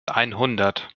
einhundert